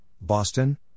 Boston